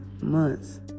months